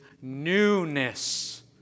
newness